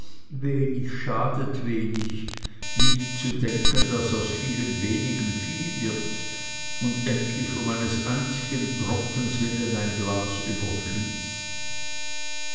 wenig schadet wenig nicht zu denken daß aus vielem wenigen viel wird und endlich um eines einzigen tropfens willen ein glas überfließt